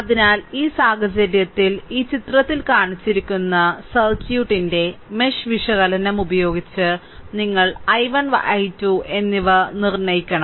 അതിനാൽ ഈ സാഹചര്യത്തിൽ ഈ ചിത്രത്തിൽ കാണിച്ചിരിക്കുന്ന സർക്യൂട്ടിന്റെ മെഷ് വിശകലനം ഉപയോഗിച്ച് നിങ്ങൾ i1 i2 എന്നിവ നിർണ്ണയിക്കണം